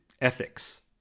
ethics